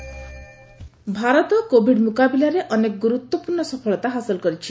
covid status Bharat Covid ମୁକାବିଲାରେ ଅନେକ ଗୁରୁତ୍ୱପୂର୍ଣ୍ଣ ସଫଳତା ହାସଲ କରିଛି